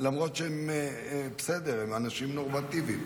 למרות שהם בסדר, הם אנשים נורמטיביים.